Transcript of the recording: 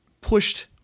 pushed